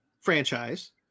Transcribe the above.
franchise